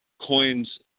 coins